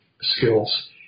skills